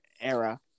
era